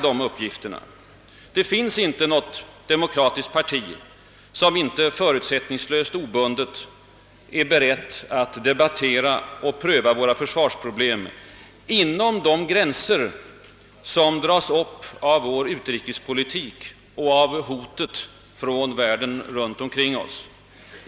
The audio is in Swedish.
Det finns inte något demokratiskt parti som inte förutsättningslöst och obundet är berett att debattera och pröva våra försvarsproblem inom de gränser som dras upp av vår utrikespolitik och av hotet från världen runt omkring oss.